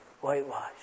whitewash